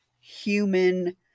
human